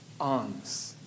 arms